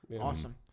Awesome